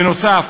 בנוסף,